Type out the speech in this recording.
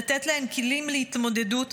לתת להן כלים להתמודדות.